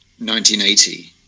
1980